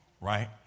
right